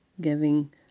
giving